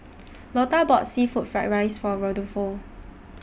Lotta bought Seafood Fried Rice For Rudolfo